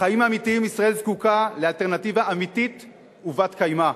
בחיים האמיתיים ישראל זקוקה לאלטרנטיבה אמיתית ובת-קיימא.